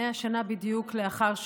100 שנה לאחר שנולד,